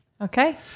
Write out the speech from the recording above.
Okay